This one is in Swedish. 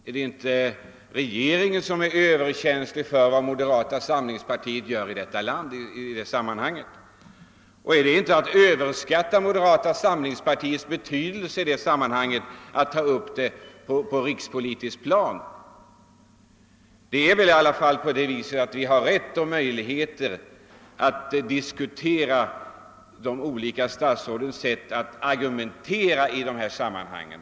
Är det inte regeringen som är överkänslig för vad moderata samlingspartiet gör i detta sammanhang, och är det inte att överskatta moderata samlingspartiets betydelse härvidlag att ta upp denna sak på det rikspolitiska planet? Vi har väl ändå rätt att diskutera olika statsråds sätt att argumentera i dessa frågor.